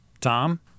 Tom